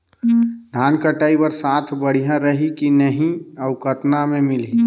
धान कटाई बर साथ बढ़िया रही की नहीं अउ कतना मे मिलही?